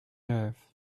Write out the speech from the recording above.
earth